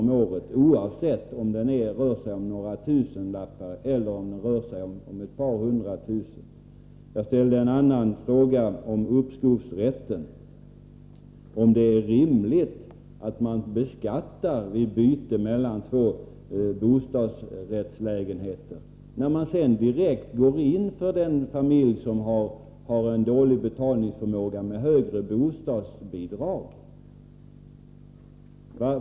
om året, oavsett om värdet är några tusenlappar eller ett par hundra tusen. Jag ställde en annan fråga om uppskovsrätten — om det är rimligt med beskattning vid byte mellan två bostadsrättslägenheter, när man sedan för den familj som har dålig betalningsförmåga direkt går in med högre bostadsbidrag.